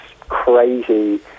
crazy